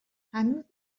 هنوز